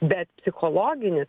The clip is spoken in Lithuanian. bet psichologinis